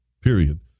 period